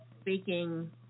speaking